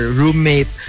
roommate